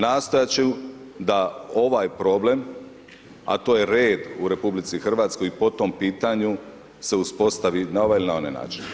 Nastojati ću da ovaj problem, a to je red u RH i po tom pitanju se uspostavi na ovaj ili onaj način.